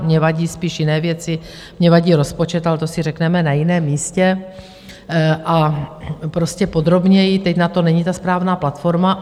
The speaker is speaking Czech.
Mně vadí spíš jiné věci, mně vadí rozpočet, ale to si řekneme na jiném místě a podrobněji, teď na to není ta správná platforma.